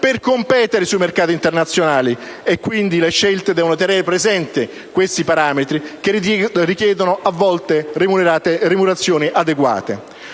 per competere sui mercati internazionali; quindi, le scelte devono tenere presenti questi parametri, che richiedono adeguate remunerazioni.